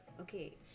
Okay